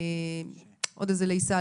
עוד לעיסה,